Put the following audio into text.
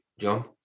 John